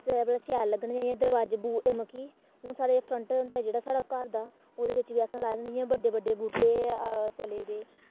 सवेरै भला शैल लग्गन दरोआजै इ'यां मतलब कि हून साढ़े फ्रंट होंदा जेह्ड़ा साढ़ा घर दा ओह्दे बिच्च बी असें लाए दे होंदे असें जि'यां बड्डे बड्डे बूह्टे चले दे